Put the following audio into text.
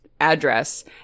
address